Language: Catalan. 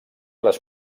les